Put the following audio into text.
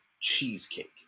cheesecake